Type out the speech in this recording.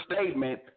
statement